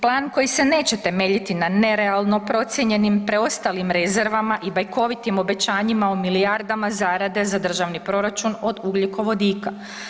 Plan koji se neće temeljiti na nerealno procijenjenim preostalim rezervama i bajkovitim obećanjima o milijardama zarade za državni proračun od ugljikovodika.